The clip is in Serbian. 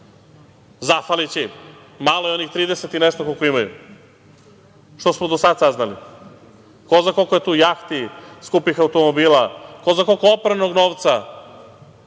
Zafaliće im, malo je onih trideset i nešto koliko imaju što smo do sada saznali. Ko zna koliko je tu jahti, skupih automobila, ko zna koliko opranog novca,